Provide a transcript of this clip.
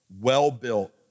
well-built